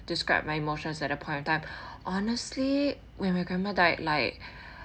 describe my emotions at that point of time honestly when my grandma died like